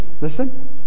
Listen